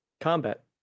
Combat